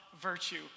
Virtue